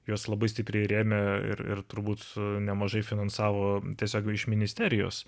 juos labai stipriai remia ir ir turbūt nemažai finansavo tiesiog o iš ministerijos